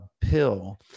pill